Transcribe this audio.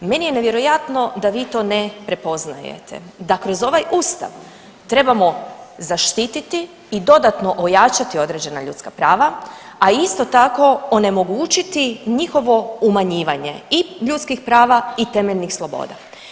I meni je nevjerojatno da vi to ne prepoznajete, da kroz ovaj Ustav trebamo zaštiti i dodatno ojačati određena ljudska prava, a isto tako onemogućiti njihovo umanjivanje i ljudskih prava i temeljnih sloboda.